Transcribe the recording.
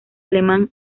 alemán